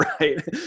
right